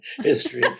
history